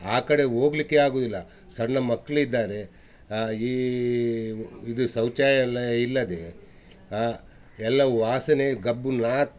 ಆ ಕಡೆ ಹೋಗ್ಲಿಕ್ಕೆ ಆಗುದಿಲ್ಲ ಸಣ್ಣ ಮಕ್ಕಳಿದ್ದಾರೆ ಈ ಇದು ಶೌಚಾಲಯ ಇಲ್ಲದೆ ಎಲ್ಲವು ವಾಸನೆ ಗಬ್ಬುನಾಥ